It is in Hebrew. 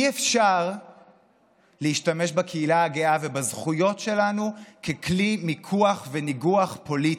אי-אפשר להשתמש בקהילה הגאה ובזכויות שלנו ככלי מיקוח וניגוח פוליטי.